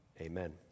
Amen